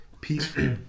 peaceful